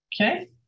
Okay